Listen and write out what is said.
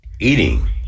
Eating